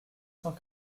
cent